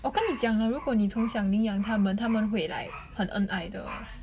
我跟你讲了如果你从小领养他们他们会 like 很恩爱的